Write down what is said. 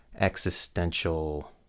existential